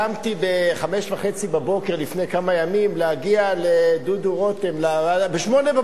לפני כמה ימים קמתי ב-05:30 כדי להגיע לדודו רותם ב-08:00.